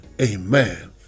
amen